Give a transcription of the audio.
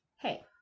Hey